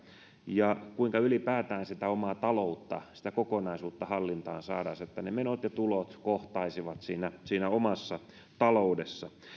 ja kuinka ylipäätään sitä omaa taloutta sitä kokonaisuutta hallintaan saataisiin että ne menot ja tulot kohtaisivat siinä omassa taloudessa